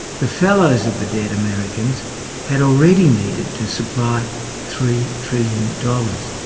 the fellows of the dead americans had already needed to supply three trillion dollars,